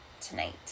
tonight